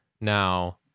now